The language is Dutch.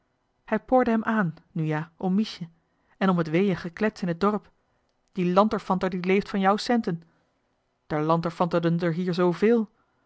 hij porde hem aan nu ja om miesje en om het weeë geklets in het dorp die lanterfanter die leeft van jou centen d er lanterfanterden d'er hier zoovéél